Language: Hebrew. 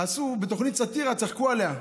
בתוכנית סאטירה, צחקו עליה.